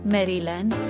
Maryland